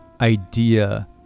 idea